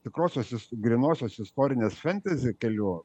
tikrosios grynosios istorinės fentezi keliu